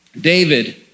David